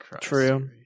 True